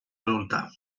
adulta